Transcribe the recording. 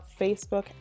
Facebook